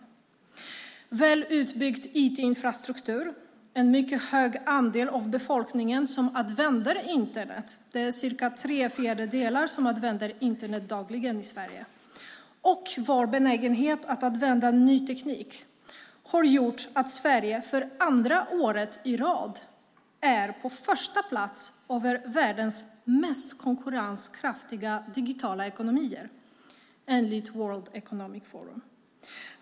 En väl utbyggd IT-infrastruktur, en mycket hög andel av befolkningen som använder Internet - det är cirka tre fjärdedelar som använder Internet dagligen i Sverige - och vår benägenhet att använda ny teknik har gjort att Sverige för andra året i rad är på första plats över världens mest konkurrenskraftiga digitala ekonomier enligt World Economic Forum.